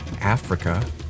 Africa